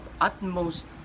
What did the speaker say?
utmost